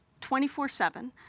24-7